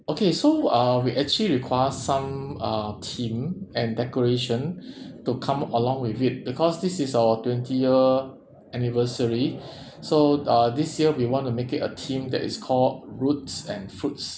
okay so uh we actually require some uh theme and decoration to come along with it because this is our twenty year anniversary so uh this year we want to make it a theme that is called roots and fruits